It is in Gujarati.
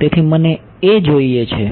તેથી મને એ જોઈએ છે